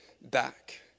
back